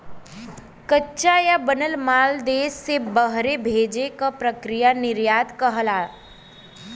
कच्चा या बनल माल देश से बहरे भेजे क प्रक्रिया निर्यात कहलाला